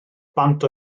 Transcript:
bant